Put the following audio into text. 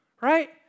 Right